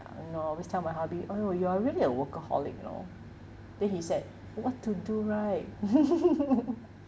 you know I always tell my hubby !aiyo! you are really a workaholic you know then he said what to do right